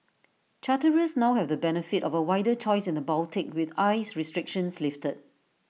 charterers now have the benefit of A wider choice in the Baltic with ice restrictions lifted